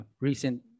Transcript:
recent